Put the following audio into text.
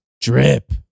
drip